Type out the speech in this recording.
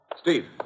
Steve